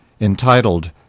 entitled